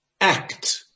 act